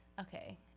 okay